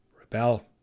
rebel